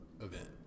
event